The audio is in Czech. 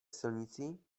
silnici